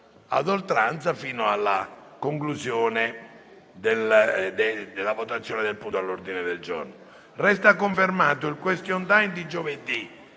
a oltranza fino alla conclusione della votazione del punto all'ordine del giorno. Resta confermato il *question time* di giovedì,